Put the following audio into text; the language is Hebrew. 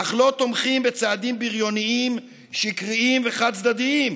אך לא תומכים בצעדים בריוניים, שקריים וחד-צדדיים,